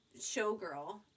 showgirl